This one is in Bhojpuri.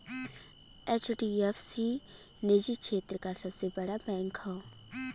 एच.डी.एफ.सी निजी क्षेत्र क सबसे बड़ा बैंक हौ